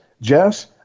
Jess